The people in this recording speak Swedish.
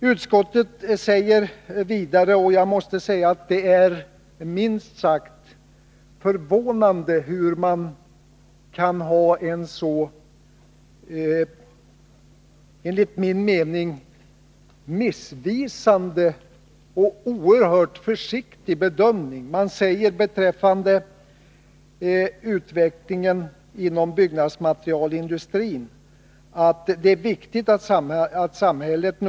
Torsdagen den Sedan säger utskottet någonting som jag tycker är minst sagt förvånande. 11 mars 1982 Jag förstår inte hur utskottet kan göra en enligt min mening så missvisande = och oerhört försiktig bedömning. Utskottet säger att det är viktigt att Byggnadsmaterialsamhället noga följer utvecklingen inom byggnadsmaterialindustrin.